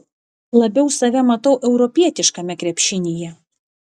labiau save matau europietiškame krepšinyje